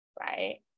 right